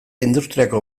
industriako